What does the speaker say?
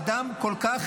אדם כל כך,